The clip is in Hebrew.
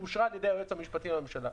שאושרה על ידי היועץ המשפטי לממשלה.